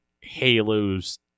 Halo's